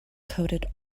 coated